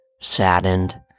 saddened